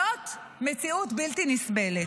זאת מציאות בלתי נסבלת.